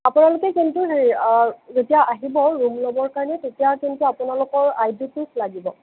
আপোনালোকে কিন্তু হেৰি যেতিয়া আহিব ৰূম লবৰ কাৰণে তেতিয়া কিন্তু আপোনালোকৰ আই ডি প্ৰুফ লাগিব